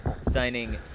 signing